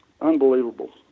unbelievable